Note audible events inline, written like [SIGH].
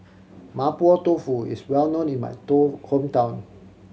Mapo Tofu is well known in my [UNINTELLIGIBLE] hometown